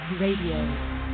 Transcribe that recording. Radio